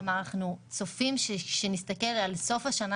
כלומר שאנחנו צופים שכשנסתכל על סוף השנה,